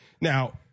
now